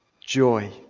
joy